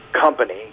company